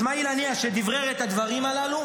אסמאעיל הנייה, שדברר את הדברים הללו.